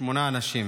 שמונה אנשים.